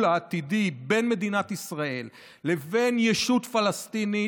העתידי בין מדינת ישראל לבין ישות פלסטינית,